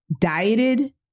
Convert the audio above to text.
dieted